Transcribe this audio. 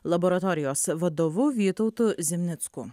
laboratorijos vadovu vytautu zimnicku